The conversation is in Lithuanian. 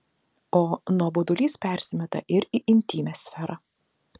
o nuobodulys persimeta ir į intymią sferą